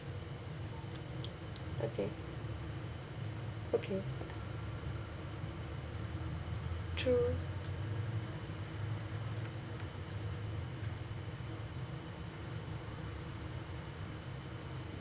okay okay true